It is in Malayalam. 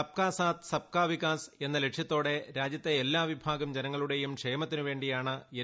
സബ് കാ സാത് സബ് കാ വികാസ് എന്ന ലക്ഷ്യത്തോടെ രാജ്യത്തെ എല്ലാ വിഭാഗം ജനങ്ങളുടെയും ക്ഷേമത്തിനുവേണ്ടിയാണ് എൻ